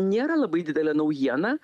nėra labai didelė naujiena